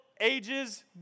Ages